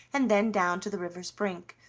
and then down to the river's brink,